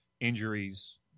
Injuries